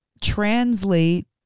translate